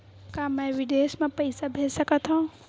का मैं विदेश म पईसा भेज सकत हव?